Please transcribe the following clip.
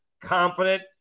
confident